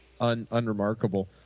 unremarkable